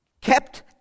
kept